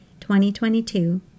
2022